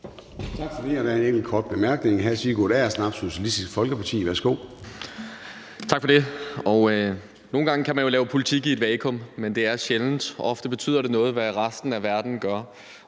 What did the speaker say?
Tak for det. Nogle gange kan man jo lave politik i et vakuum, men det er sjældent. Ofte betyder det noget, hvad resten af verden gør,